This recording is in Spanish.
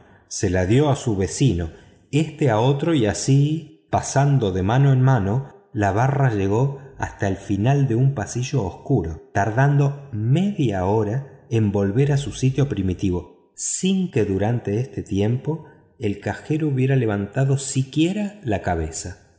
se la dio a su vecino éste a otro y así pasando de mano en mano la barra llegó hasta el final de un pasillo obscuro tardando media hora en volver a su sitio primitivo sin que durante este tiempo el cajero hubiera levantado siquiera la cabeza